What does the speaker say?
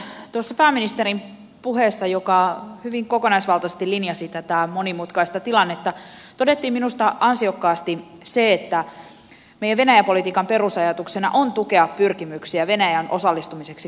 tuossa pääministerin puheessa joka hyvin kokonaisvaltaisesti linjasi tätä monimutkaista tilannetta todettiin minusta ansiokkaasti se että meidän venäjä politiikan perusajatuksena on tukea pyrkimyksiä venäjän osallistumiseksi kansainväliseen yhteistyöhön